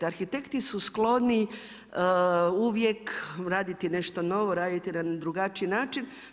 Arhitekti su skloni uvijek raditi nešto novo, raditi na drugačiji način.